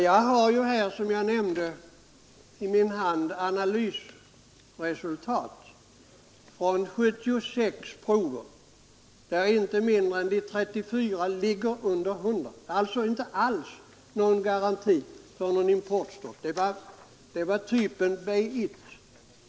Jag har här, som jag nämnde, analysresultat från 76 prover. Inte mindre än 34 av dessa ligger under 100 mikrogram när det gäller typen B 1. Det är alltså inte alls någon garanti för importstopp.